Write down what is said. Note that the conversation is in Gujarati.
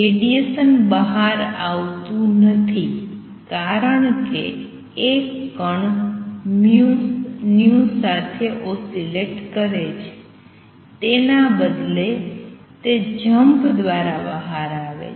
રેડિએશન બહાર આવતું નથી કારણ કે એક કણ V સાથે ઓસિલેટિંગ કરે છે તેના બદલે તે જમ્પ દ્વારા બહાર આવે છે